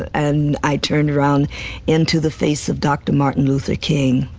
and i turned around into the face of dr. martin luther king,